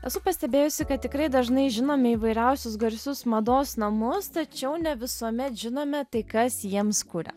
esu pastebėjusi kad tikrai dažnai žinomi įvairiausius garsus mados namus tačiau ne visuomet žinome tai kas jiems kuria